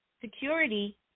security